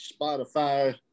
Spotify